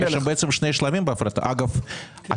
יש הכנסות שגדלות באופן